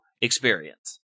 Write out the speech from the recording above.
experience